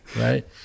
right